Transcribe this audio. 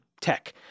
tech